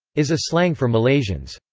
is a slang for malaysians.